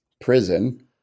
prison